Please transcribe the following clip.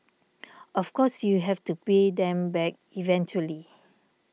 of course you have to pay them back eventually